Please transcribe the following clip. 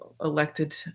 elected